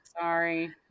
sorry